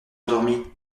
endormie